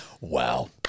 Wow